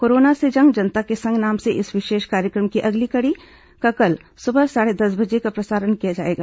corona से जंग जनता के संग नाम के इस विशेष कार्यक्रम की अगली कड़ी का कल सुबह साढ़े दस बजे से प्रसारण किया जाएगा